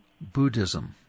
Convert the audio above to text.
Buddhism